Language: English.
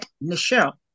Michelle